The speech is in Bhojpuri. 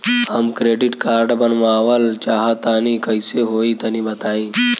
हम क्रेडिट कार्ड बनवावल चाह तनि कइसे होई तनि बताई?